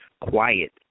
quiet